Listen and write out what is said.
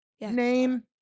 Name